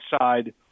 side –